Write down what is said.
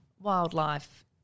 wildlife